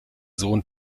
sohn